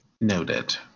Noted